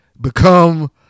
Become